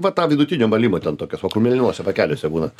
va ta vidutinio malimo ten tokios va kur mėlynuose pakeliuose būna